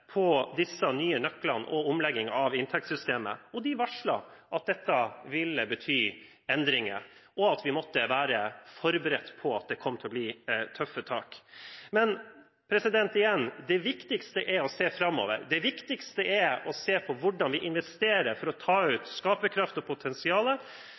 disse nye nøklene og omlegging av inntektssystemet. Og de varslet at dette ville bety endringer, og at vi måtte være forberedt på at det kom til å bli tøffe tak. Men igjen: Det viktigste er å se framover. Det viktigste er å se på hvordan vi investerer for å ta